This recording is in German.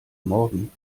morgen